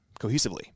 cohesively